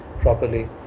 properly